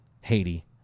Haiti